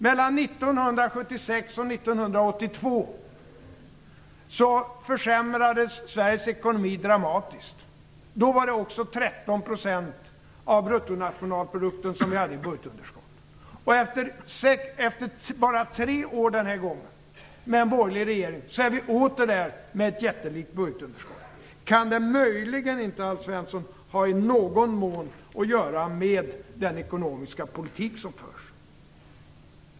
Mellan 1976 och 1982 försämrades Sveriges ekonomi dramatiskt. Då var det också 13 % av bruttonationalprodukten som vi hade i budgetunderskott. Efter bara tre år denna gång med en borgerlig regering är vi åter där med ett jättelikt budgetunderskott. Kan det möjligen, Alf Svensson, i någon mån ha att göra med den ekonomiska politik som förs?